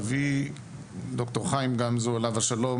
אבי דוקטור חיים גמזו עליו השלום,